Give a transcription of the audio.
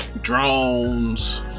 Drones